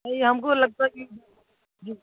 नहीं हमको लगता है कि जो